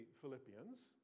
Philippians